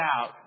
out